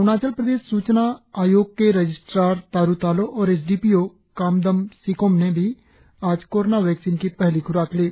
अरुणाचल प्रदेश सूचना आयोग के रजिस्ट्रार तारु तालो और S D P O Kamdam Sikom ने भी आज कोरोना वैक्सीन की पहली ख्राक ली